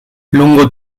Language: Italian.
lungo